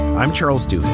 i'm charles de